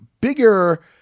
bigger